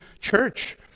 church